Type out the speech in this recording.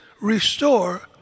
restore